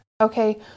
okay